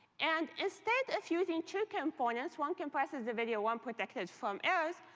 and instead of using two components, one compresses the video, one protects it from errors,